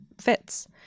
fits